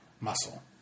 muscle